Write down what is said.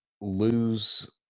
lose